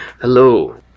Hello